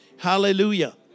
Hallelujah